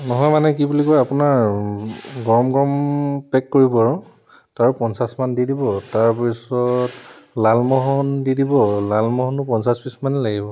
নহয় মানে কি বুলি কয় আপোনাৰ গৰম গৰম পেক কৰিব আৰু তাৰ পঞ্চাছমান দি দিব তাৰপিছত লালমোহন দি দিব লালমোহনো পঞ্চাছ পিচমানেই লাগিব